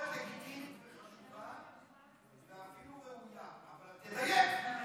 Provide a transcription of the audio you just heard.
הביקורת לגיטימית ואפילו ראויה, אבל תדייק.